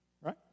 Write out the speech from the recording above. Right